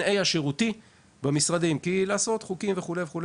השירותי - כי תמיד אפשר לעשות חוקים וכו',